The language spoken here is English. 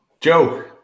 Joe